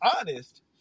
honest